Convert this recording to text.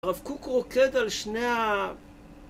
הרב קוק רוקד על שני ה...